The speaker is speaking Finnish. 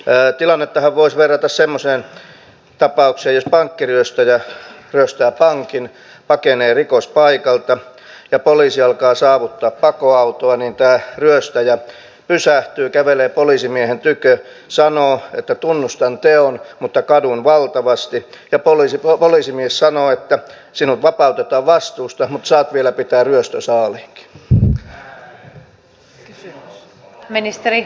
tilannettahan voisi verrata semmoiseen tapaukseen että jos pankkiryöstäjä ryöstää pankin pakenee rikospaikalta ja poliisi alkaa saavuttaa pakoautoa niin tämä ryöstäjä pysähtyy kävelee poliisimiehen tykö sanoo että tunnustan teon mutta kadun valtavasti ja poliisimies sanoo että sinut vapautetaan vastuusta mutta saat vielä pitää ryöstösaaliinkin